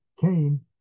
came